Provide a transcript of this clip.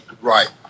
Right